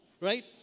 Right